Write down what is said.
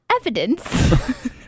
evidence